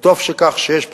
וטוב שכך, שיש פקודות,